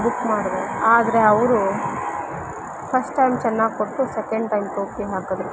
book ಮಾಡಿದೆ ಆದರೆ ಅವರು ಫಸ್ಟ್ ಟೈಮ್ ಚೆನ್ನಾಗ್ ಕೊಟ್ಟು ಸೆಕೆಂಡ್ ಟೈಮ್ ಟೋಪಿ ಹಾಕಿದ್ರು